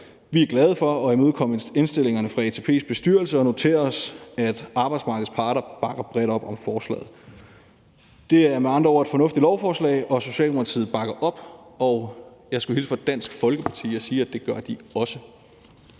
Vi er glade for at imødekomme indstillingerne fra ATP's bestyrelse og noterer os, at arbejdsmarkedets parter bakker bredt op om forslaget. Det er med andre ord et fornuftigt lovforslag, og Socialdemokratiet bakker op, og jeg skulle hilse fra Dansk Folkeparti og sige, at det gør de også.